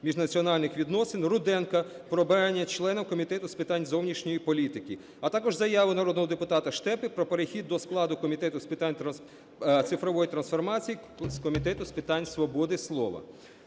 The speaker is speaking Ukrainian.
міжнаціональних відносин; Руденко – про обрання членом Комітету з питань зовнішньої політики. А також заяву народного депутата Штепи про перехід до складу Комітету з питань цифрової трансформації з Комітету з питань свободи слова.